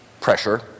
pressure